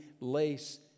lace